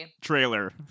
trailer